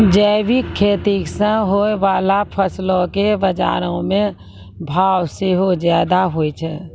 जैविक खेती से होय बाला फसलो के बजारो मे भाव सेहो ज्यादा होय छै